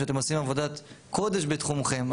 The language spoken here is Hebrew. שאתם עושים עבודת קודש בתחומכם.